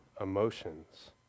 emotions